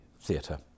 theatre